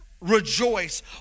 rejoice